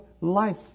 life